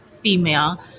female